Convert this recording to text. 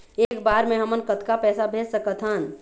एक बर मे हमन कतका पैसा भेज सकत हन?